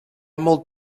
molts